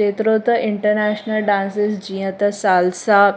जेतिरो त international dances जीअं त सालसा